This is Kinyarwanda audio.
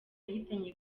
yahitanye